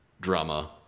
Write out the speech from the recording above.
drama